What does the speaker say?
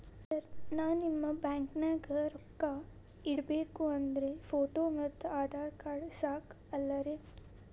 Sir ನಾನು ನಿಮ್ಮ ಬ್ಯಾಂಕನಾಗ ರೊಕ್ಕ ಇಡಬೇಕು ಅಂದ್ರೇ ಫೋಟೋ ಮತ್ತು ಆಧಾರ್ ಕಾರ್ಡ್ ಸಾಕ ಅಲ್ಲರೇ?